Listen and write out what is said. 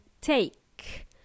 take